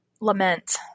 lament